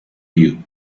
you